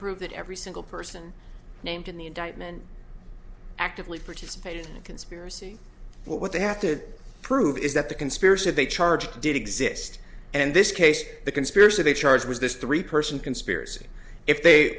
prove that every single person named in the indictment actively participated in a conspiracy but what they have to prove is that the conspiracy they charge did exist and this case the conspiracy they charge was this three person conspiracy if they